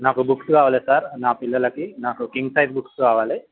నాకు బుక్స్ కావాలి సార్ నా పిల్లలకి నాకు కింగ్ సైజ్ బుక్స్ కావాలి